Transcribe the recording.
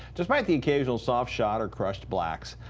despite the occasional soft shot or crushed blacks.